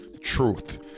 truth